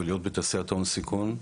ולהיות בתעשיית ההון סיכון,